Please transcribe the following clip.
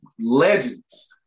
legends